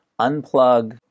unplug